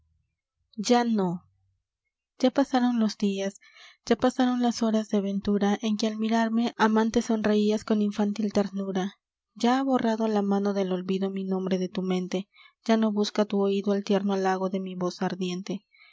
ya no ya pasaron los dias ya pasaron las horas de ventura en que al mirarme amante sonreias con infantil ternura ya ha borrado la mano del olvido mi nombre de tu mente ya no busca tu oido el tierno halago de mi voz ardiente